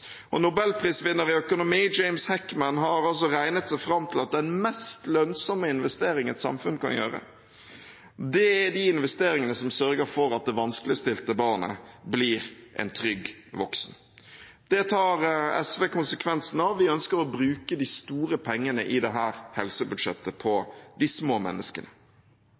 ansvar. Nobelprisvinner i økonomi James Heckman har regnet seg fram til at den mest lønnsomme investering et samfunn kan gjøre, er de investeringene som sørger for at det vanskeligstilte barnet blir en trygg voksen. Det tar SV konsekvensen av. Vi ønsker å bruke de store pengene i dette helsebudsjettet på de små menneskene.